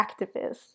activists